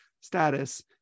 status